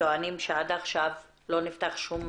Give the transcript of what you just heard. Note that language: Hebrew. שטוענים שעד עכשיו לא נפתח שום